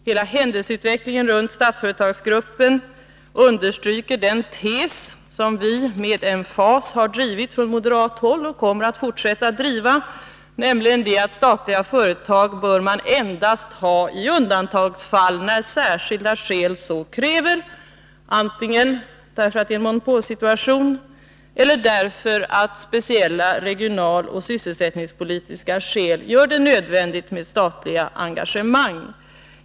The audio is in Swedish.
Hela händelseutvecklingen runt Statsföretagsgruppen understryker den tes som vi med emfas har drivit från moderat håll och som vi kommer att fortsätta att driva, nämligen att man bör ha statliga företag endast i undantagsfall, när särskilda skäl så kräver. Det kan antingen vara att det föreligger en monopolsituation eller att speciella regionaloch sysselsättningspolitiska skäl gör det nödvändigt med ett statligt engagemang.